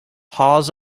hawes